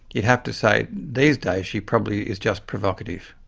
you'd have to say these days she probably is just provocative.